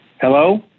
hello